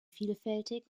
vielfältig